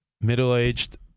middle-aged